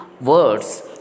words